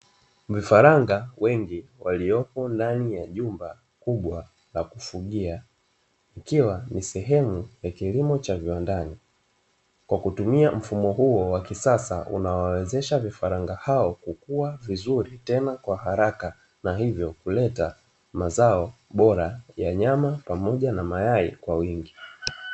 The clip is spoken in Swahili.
Vifaranga wengi waliopo ndanii ya nyumba kubwa la kufugia, ikiwa ni sehemu ya kilimo cha viwandani, kwa kutumia mfumo huo wa kisasa unaowawezesha vifaranga hao kukua vizuri, tena kwa haraka, na hivyo kuleta mazao bora ya nyama pamoja na mayai kwa wingi.